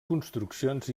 construccions